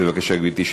בבקשה, גברתי.